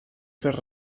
fer